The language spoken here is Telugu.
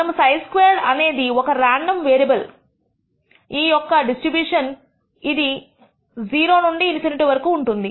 మనము χ స్క్వేర్డ్ అనేది ఒక రాండమ్ వేరియబుల్ ఈ యొక్క డిస్ట్రిబ్యూషన్ ఇది 0 నుండి ∞వరకు ఉంటుంది